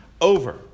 over